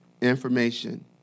information